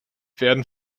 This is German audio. werden